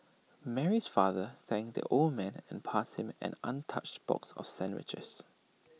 Mary's father thanked the old man and passed him an untouched box of sandwiches